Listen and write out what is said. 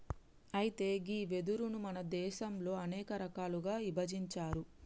అయితే గీ వెదురును మన దేసంలో అనేక రకాలుగా ఇభజించారు